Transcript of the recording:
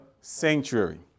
sanctuary